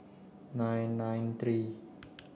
nine nine three